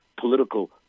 political